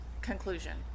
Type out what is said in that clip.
conclusion